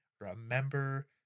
Remember